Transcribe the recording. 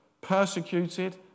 persecuted